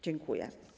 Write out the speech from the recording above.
Dziękuję.